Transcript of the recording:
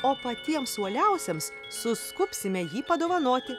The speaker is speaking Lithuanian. o patiems uoliausiems suskubsime jį padovanoti